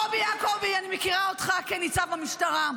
קובי יעקובי, אני מכירה אותך כניצב במשטרה.